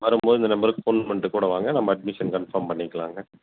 வரும்போது இந்த நம்பர்க்கு ஃபோன் பண்ணிவிட்டு கூட வாங்க நம்ப அட்மிஷன் கன்ஃபார்ம் பண்ணிக்கலாங்க